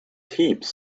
heaps